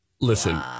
Listen